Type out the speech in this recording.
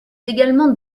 également